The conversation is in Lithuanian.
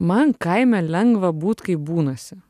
man kaime lengva būt kaip būnasi